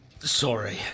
Sorry